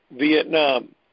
Vietnam